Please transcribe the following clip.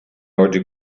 oggi